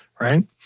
right